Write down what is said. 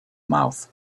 mouth